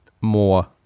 more